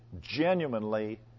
genuinely